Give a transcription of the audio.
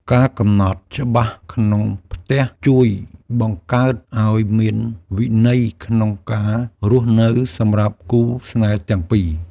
ការកំណត់ច្បាប់ក្នុងផ្ទះជួយបង្កើតឲ្យមានវិន័យក្នុងការរស់នៅសម្រាប់គូស្នេហ៍ទាំងពីរ។